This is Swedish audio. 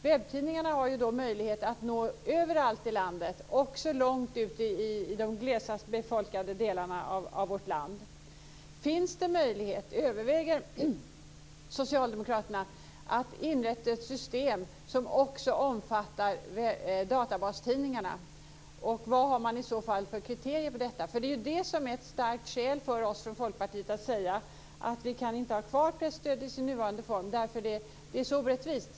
Webbtidningarna har ju möjlighet att nå överallt i landet, också långt ut i de glesast befolkade delarna av vårt land. Finns det möjlighet, överväger socialdemokraterna att inrätta ett system som också omfattar databastidningarna? Vad har man i så fall för kriterier på detta? Det är det som är ett starkt skäl för oss i Folkpartiet att säga att vi inte kan ha kvar presstödet i sin nuvarande form. Det är så orättvist.